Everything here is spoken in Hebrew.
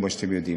כמו שאתם יודעים.